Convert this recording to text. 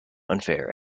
unfair